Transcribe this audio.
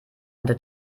hatte